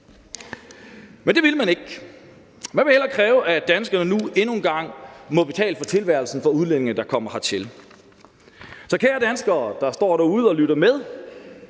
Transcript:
Men det vil man ikke. Man vil hellere kræve, at danskerne nu endnu en gang må betale for tilværelsen for udlændinge, der kommer hertil. Så kære danskere, der er derude og lytter med,